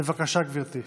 בבקשה, גברתי.